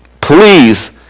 Please